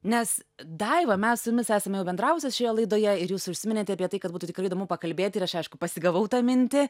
nes daiva mes su jumis esame jau bendravusios šioje laidoje ir jūs užsiminėte apie tai kad būtų tikrai įdomu pakalbėti ir aš aišku pasigavau tą mintį